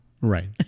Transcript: right